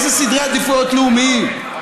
איזה סדרי עדיפויות לאומיים.